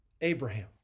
Abraham